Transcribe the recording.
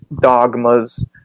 dogmas